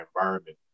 environment